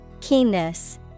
Keenness